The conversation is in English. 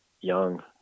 young